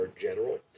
general